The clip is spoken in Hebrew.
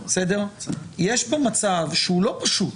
יש פה מצב שהוא לא פשוט.